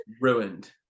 Ruined